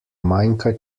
manjka